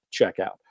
checkout